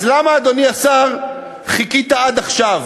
אז למה, אדוני השר, חיכית עד עכשיו?